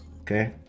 Okay